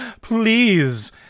Please